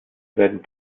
werden